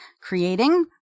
Creating